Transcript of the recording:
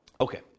Okay